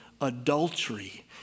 adultery